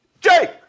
Jake